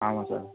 ஆமாம் சார்